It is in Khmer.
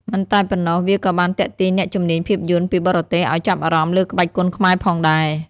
មិនតែប៉ុណ្ណោះ វាក៏បានទាក់ទាញអ្នកជំនាញភាពយន្តពីបរទេសឲ្យចាប់អារម្មណ៍លើក្បាច់គុនខ្មែរផងដែរ។